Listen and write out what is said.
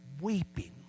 weeping